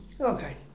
Okay